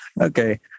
Okay